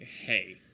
Hey